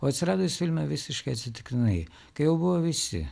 o atsirado jis filme visiškai atsitiktinai kai jau buvo visi